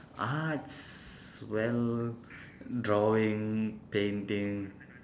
arts well drawing painting